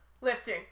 listen